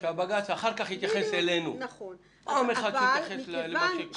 לבג"צ --- יש לי סמכות ושהבג"צ אחר כך יתייחס אלינו.